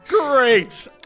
Great